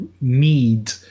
need